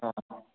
ꯑꯥ